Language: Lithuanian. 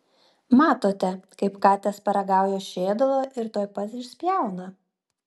matote kaip katės paragauja šio ėdalo ir tuoj pat išspjauna